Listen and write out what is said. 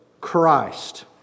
Christ